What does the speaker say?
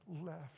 left